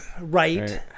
Right